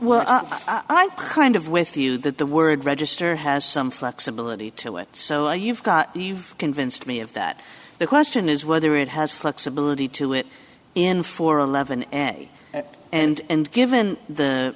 well i kind of with you that the word register has some flexibility to it so you've got you've convinced me of that the question is whether it has flexibility to it in four eleven and a and given the